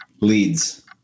Leads